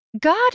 God